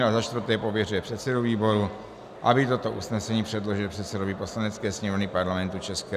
IV. Pověřuje předsedu výboru, aby toto usnesení předložil předsedovi Poslanecké sněmovny Parlamentu ČR.